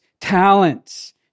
talents